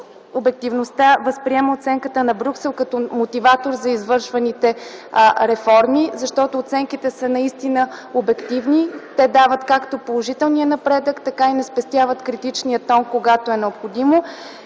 обективността – възприема оценката на Брюксел като мотиватор за извършваните реформи, защото оценките са наистина обективни. Те дават както положителния напредък, така и не спестяват критичния тон, когато е необходимо.